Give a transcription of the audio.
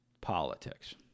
politics